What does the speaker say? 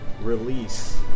release